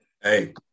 Hey